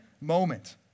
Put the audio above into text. moment